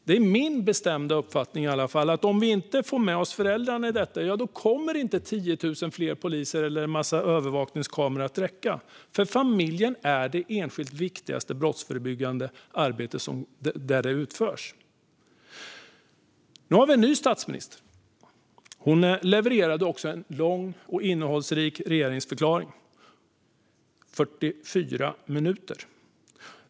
Det är min bestämda uppfattning att om vi inte får med oss föräldrarna i detta kommer inte 10 000 fler poliser eller en massa övervakningskameror att räcka. Familjen är det enskilt viktigaste inslaget i det brottsförebyggande arbetet. Nu har vi en ny statsminister. Hon levererade en lång och innehållsrik regeringsförklaring - 44 minuter.